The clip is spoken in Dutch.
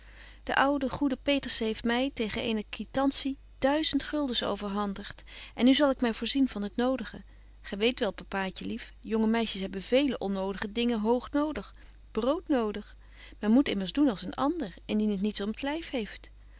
de oude goede peterszen heeft my tegen eene quitancie duizend guldens overhandigt en nu zal ik my voorzien van t nodige gy weet wel papaatje lief jonge meisjes hebben vele onnodige dingen hoog nodig brood nodig men moet immers doen als een ander indien t niets om t lyf heeft